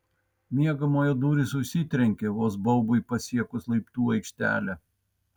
miegamojo durys užsitrenkė vos baubui pasiekus laiptų aikštelę